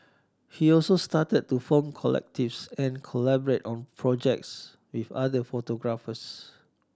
he also started to form collectives and collaborate on projects with other photographers